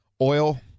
Oil